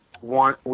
one